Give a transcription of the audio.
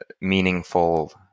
meaningful